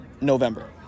November